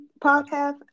podcast